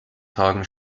tagen